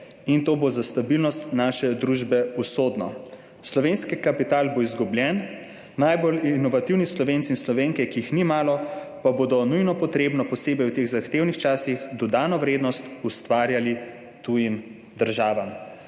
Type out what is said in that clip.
in to bo za stabilnost naše družbe usodno. Slovenski kapital bo izgubljen, najbolj inovativni Slovenci in Slovenke, ki jih ni malo, pa bodo nujno potrebno, posebej v teh zahtevnih časih, dodano vrednost ustvarjali tujim državam.«